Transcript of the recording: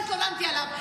לא התלוננתי עליו,